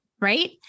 Right